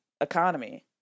economy